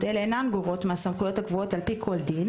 אלה אינן גורעות מהסמכויות הקבועות על פי כל דין,